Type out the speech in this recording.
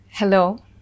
Hello